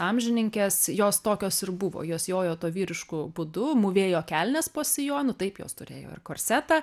amžininkės jos tokios ir buvo jos jojo tuo vyrišku būdu mūvėjo kelnes po sijonu taip jos turėjo ir korsetą